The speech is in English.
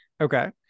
okay